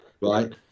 Right